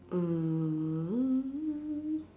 mm